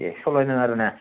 ए सरलाय नाङा आरोना